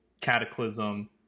Cataclysm